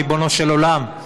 למה, ריבונו של עולם?